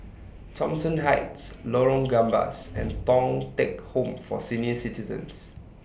Thomson Heights Lorong Gambas and Thong Teck Home For Senior Citizens